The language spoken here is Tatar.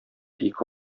ике